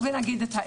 ונגיד את האמת.